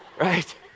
right